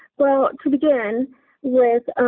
well, to begin with,